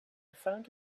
found